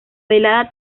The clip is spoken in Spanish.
velada